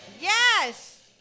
Yes